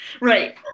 Right